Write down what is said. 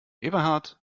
eberhard